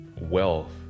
wealth